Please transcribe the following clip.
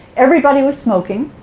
everybody was smoking,